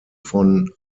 von